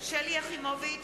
שלי יחימוביץ,